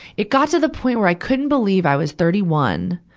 it got to the point where i couldn't believe i was thirty one